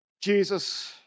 Jesus